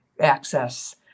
access